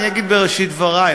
אני אגיד בראשית דברי,